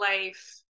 life